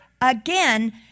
again